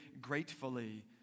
gratefully